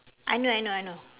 I know I know I know